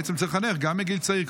בעצם, צריך לחנך גם מגיל צעיר.